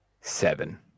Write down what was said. seven